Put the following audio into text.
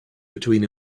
between